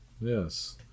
yes